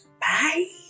Bye